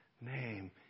name